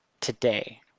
today